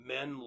Men